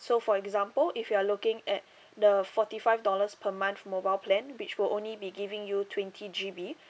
so for example if you are looking at the forty five dollars per month mobile plan which will only be giving you twenty G_B